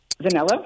Vanilla